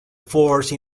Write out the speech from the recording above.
force